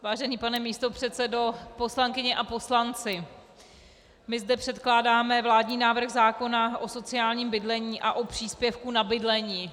Vážený pane místopředsedo, poslankyně a poslanci, my zde předkládáme vládní návrh zákona o sociálním bydlení a o příspěvku na bydlení.